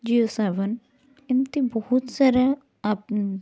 ଜିଓସାବନ୍ ଏମିତି ବହୁତ ସାରା ଆପ୍